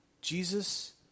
Jesus